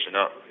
up